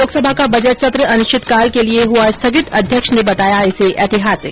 लोकसभा का बजट सत्र अनिश्चित काल के लिये हुआ स्थगित अध्यक्ष ने बताया इसे एतिहासिक